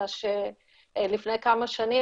אלא שלפני כמה שנים,